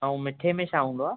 ऐं मिठे में छा हूंदो आहे